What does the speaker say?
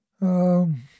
Um